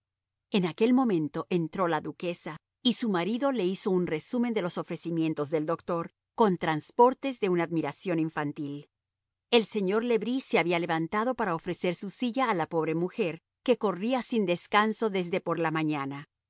en aquel momento entró la duquesa y su marido le hizo un resumen de los ofrecimientos del doctor con transportes de una admiración infantil el señor le bris se había levantado para ofrecer su silla a la pobre mujer que corría sin descanso desde por la mañana